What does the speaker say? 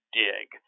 dig